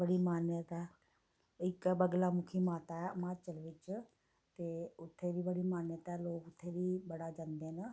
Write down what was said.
बड़ी मान्यता ऐ इक ऐ बगला मुखी माता ऐ हिमाचल बिच्च ते उत्थें बी बड़ी मान्यता ऐ लोक उत्थें बी बड़ा जंदे न